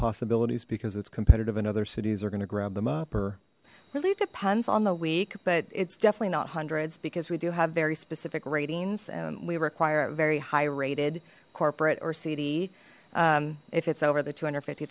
possibilities because it's competitive in other cities are gonna grab them up or relieve depends on the week but it's definitely not hundreds because we do have very specific ratings and we require a very high rated corporate or cd if it's over the two hundred and fifty